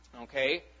Okay